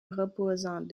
reposant